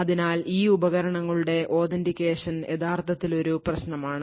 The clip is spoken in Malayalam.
അതിനാൽ ഈ ഉപകരണങ്ങളുടെ authentication യഥാർത്ഥത്തിൽ ഒരു പ്രശ്നമാണ്